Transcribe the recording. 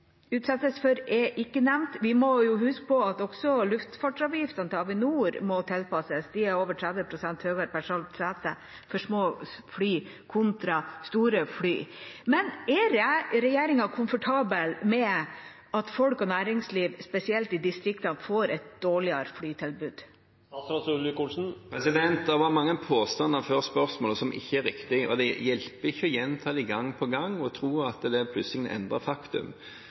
utsettes for, er ikke nevnt. Vi må huske på at også luftfartsavgiftene til Avinor må tilpasses, de er over 30 pst. høyere per solgte sete for små fly kontra store fly. Er regjeringa komfortabel med at folk og næringsliv, spesielt i distriktene, får et dårligere flytilbud? Det var mange påstander før spørsmålet som ikke er riktig, og det hjelper ikke å gjenta dem gang på gang og tro at det plutselig endrer faktum. Hvis en